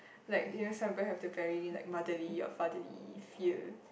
like you know some people have the very like motherly or fatherly feel